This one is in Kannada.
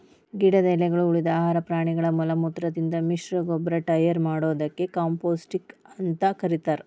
ಗಿಡದ ಎಲಿಗಳು, ಉಳಿದ ಆಹಾರ ಪ್ರಾಣಿಗಳ ಮಲಮೂತ್ರದಿಂದ ಮಿಶ್ರಗೊಬ್ಬರ ಟಯರ್ ಮಾಡೋದಕ್ಕ ಕಾಂಪೋಸ್ಟಿಂಗ್ ಅಂತ ಕರೇತಾರ